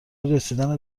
رسیدن